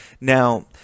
Now